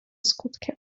skutkiem